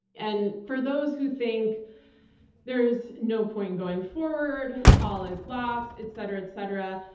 and for those who think there's no point in going forward, all is lost, et cetera, et cetera,